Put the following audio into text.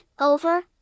over